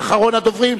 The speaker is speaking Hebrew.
אחרון הדוברים.